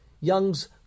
Young's